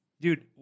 dude